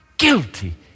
Guilty